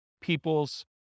people's